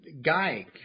guy